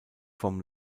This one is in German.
vom